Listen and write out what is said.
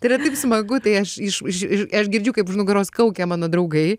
tai yra taip smagu tai aš iš už aš girdžiu kaip už nugaros kaukia mano draugai